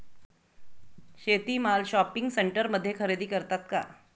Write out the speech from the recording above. शेती माल शॉपिंग सेंटरमध्ये खरेदी करतात का?